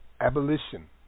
Abolition